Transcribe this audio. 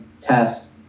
test